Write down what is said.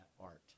art